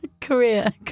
Korea